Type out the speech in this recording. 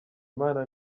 imana